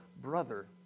brother